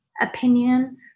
opinion